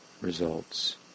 results